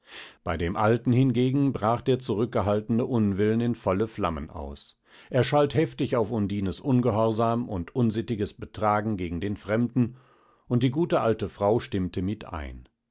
bei dem alten hingegen brach der zurückgehaltene unwillen in volle flammen aus er schalt heftig auf undines ungehorsam und unsittiges betragen gegen den fremden und die gute alte frau stimmte mit ein